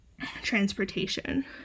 transportation